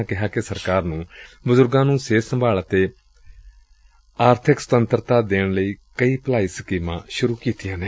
ਉਨ੍ਹਾਂ ਕਿਹਾ ਕਿ ਸਰਕਾਰ ਨੇ ਬਜੁਰਗਾਂ ਨੂੰ ਸਿਹਤ ਸੰਭਾਲ ਅਤੇ ਆਰਥਿਕ ਸੁਤੰਤਰਤਾ ਦੇਣ ਲਈ ਕਈ ਭਲਾਈ ਸਕੀਮਾਂ ਸੁਰੂ ਕੀਤੀਆਂ ਨੇ